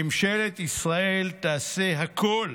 ממשלת ישראל תעשה הכול,